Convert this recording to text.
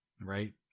right